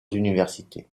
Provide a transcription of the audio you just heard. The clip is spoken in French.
universités